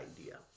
idea